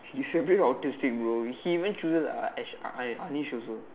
he's a bit autistic bro he even chooses and Ahs a~ Anesh also